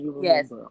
yes